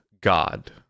God